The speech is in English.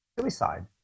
suicide